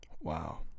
Wow